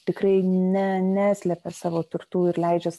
tikrai ne neslepia savo turtų ir leidžias